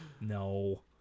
No